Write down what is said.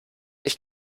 ich